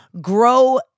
grow